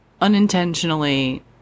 unintentionally